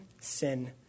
sin